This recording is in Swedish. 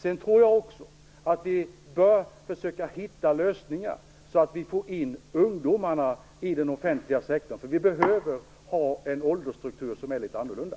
Sedan tror jag också att vi bör försöka hitta lösningar så att vi får in ungdomarna i den offentliga sektorn, för vi behöver en litet annorlunda åldersstruktur.